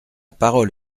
parole